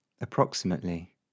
approximately